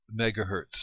megahertz